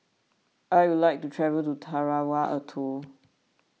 I would like to travel to Tarawa Atoll